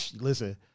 listen